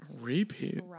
Repeat